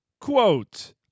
Quote